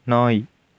நாய்